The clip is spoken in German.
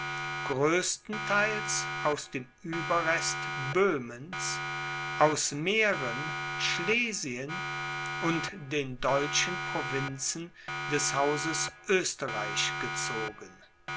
größtentheils aus dem ueberrest böhmens aus mähren schlesien und den deutschen provinzen des hauses oesterreich gezogen